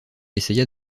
essaya